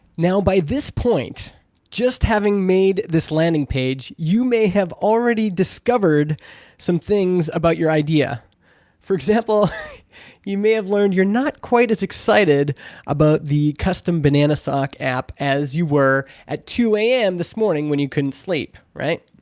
now by this point just having made this landing page you may have already discovered some things about your idea for example you may have learned you're not quite as excited about the custom banana sock app as you were at two am this morning when you couldn't sleep, right?